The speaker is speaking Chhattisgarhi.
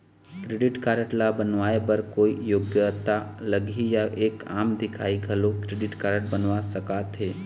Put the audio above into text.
क्रेडिट कारड ला बनवाए बर कोई योग्यता लगही या एक आम दिखाही घलो क्रेडिट कारड बनवा सका थे?